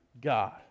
God